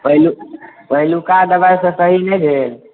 पहिलुका दबाइ सॅं सही नहि भेल